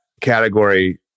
category